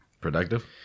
Productive